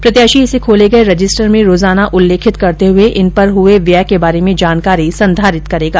प्रत्याशी इसे खोले गए रजिस्टर में रोजाना उल्लेखित करते हुए इन पर हुए व्यय के बारे में जानकारी संधारित करेगा